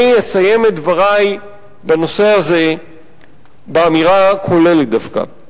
אני אסיים את דברי בנושא הזה באמירה כוללת דווקא,